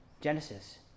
Genesis